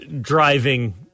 driving